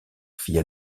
fille